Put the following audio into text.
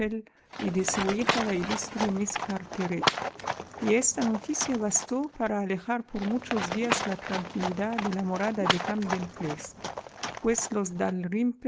y de su hija la ilustre miss carteret y esta noticia bastó para alejar por muchos días la tranquilidad de la morada de camden place pues los